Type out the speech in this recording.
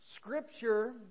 Scripture